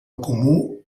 comú